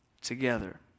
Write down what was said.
together